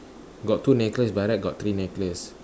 got two necklace by right got three necklace